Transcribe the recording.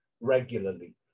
regularly